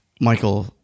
Michael